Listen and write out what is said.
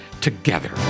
together